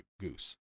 goose